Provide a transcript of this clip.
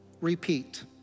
repeat